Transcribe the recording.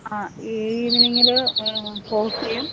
ആ ഇവനിങ്ങിൽ കോഫിയും